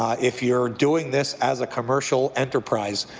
if you're doing this as a commercial enterprise,